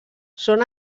són